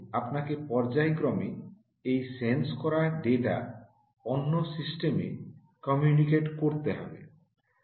আপনাকে পর্যায়ক্রমে এই সেন্স করা ডেটা অন্য সিস্টেমে কমিউনিকেট করতে হবে